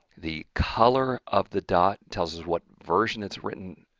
the color of the dot tells us what version it's written